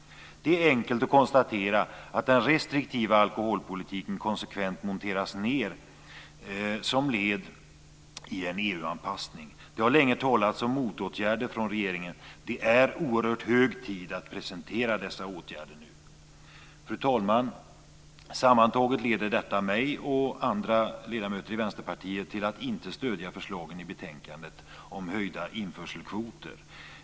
Det är enkelt att konstatera att den restriktiva alkoholpolitiken konsekvent monteras ned som led i en EU-anpassning. Det har länge talats om motåtgärder från regeringen. Det är oerhört hög tid att nu presentera dessa motåtgärder. Fru talman! Sammantaget leder detta mig och andra ledamöter i Vänsterpartiet till att inte stödja förslagen i betänkandet om höjda införselkvoter.